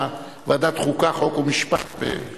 19 בעד, אין מתנגדים, אין נמנעים.